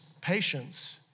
patience